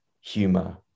humor